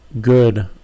good